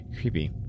Creepy